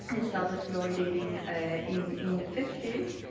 they started fluoridating ah in in the fifty s,